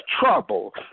trouble